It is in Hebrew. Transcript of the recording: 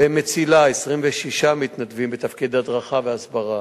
ב"מצילה" 26 מתנדבים בתפקידי הדרכה והסברה,